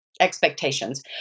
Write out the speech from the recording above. expectations